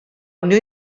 unió